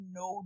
no